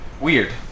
Weird